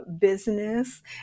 business